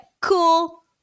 cool